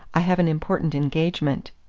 i have an important engagement.